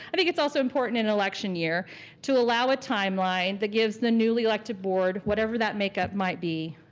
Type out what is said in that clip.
i think it's also important in an election year to allow a timeline that gives the newly elected board, whatever that makeup might be,